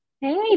Hey